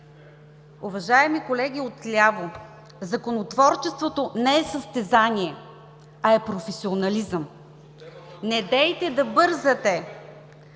Уважаеми колеги от ляво, законотворчеството не е състезание, а е професионализъм. Недейте да бързате!